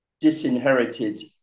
disinherited